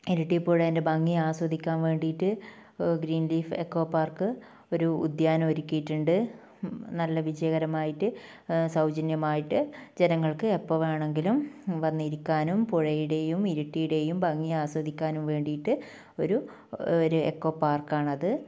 ഇരട്ടി പുഴേൻ്റെ ഭംഗി ആസ്വദിക്കാൻ വേണ്ടീട്ട് ഗ്രീൻ ലീഫ് എക്കോ പാർക്ക് ഒരു ഉദ്യാനം ഒരുക്കിയിട്ടുണ്ട് നല്ല വിജയകരമായിട്ട് സൗജന്യമായിട്ട് ജനങ്ങൾക്ക് എപ്പോൾ വേണമെങ്കിലും വന്നിരിക്കാനും പുഴയുടെയും ഈട്ടിയുടെയും ഭംഗി ആസ്വദിക്കാനും വേണ്ടിയിട്ട് ഒരു ഒരു എക്കോ പാർക്ക് ആണ് അത്